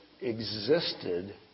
existed